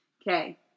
Okay